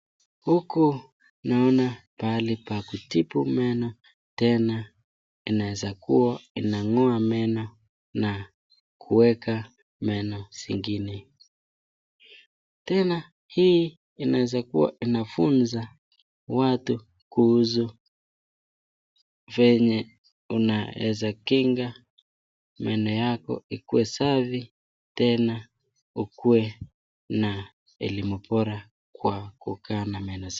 Huku naona pahali pa kutibu meno. Tena inaweza kuwa inang'oa meno na kuweka meno mengine. Tena hii inaweza kuwa inafunza watu kuhusu venye unaweza kinga meno yako ikuwe safi, tena ukuwe na elimu bora kwa kukaa na meno safi.